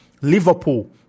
Liverpool